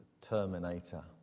Terminator